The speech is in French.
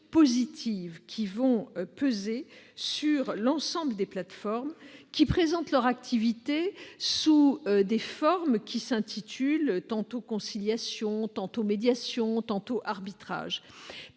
qui pèseront sur l'ensemble des plateformes qui présentent leur activité sous diverses appellations : tantôt conciliation, tantôt médiation, tantôt arbitrage.